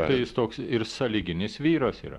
tai jis toks ir sąlyginis vyras yra